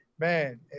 Man